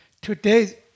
Today